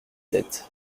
sept